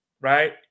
right